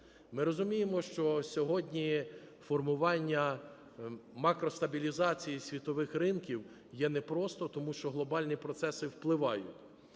Ми розуміємо, що сьогодні формування макростабілізації світових ринків є непросто, тому що глобальні процеси впливають.